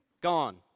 Gone